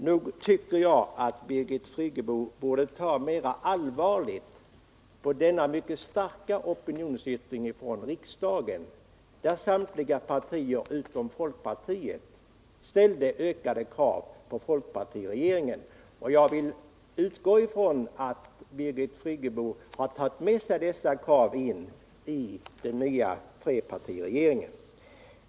Jag tycker att Birgit Friggebo borde ta allvarligare på denna mycket starka opinionsyttring från riksdagen, där samtliga partier utom folkpartiet ställde ökade krav på folkpartiregeringen. Jag utgår ifrån att Birgit Friggebo har tagit med sig dessa krav in i den nya trepartiregeringen.